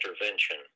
intervention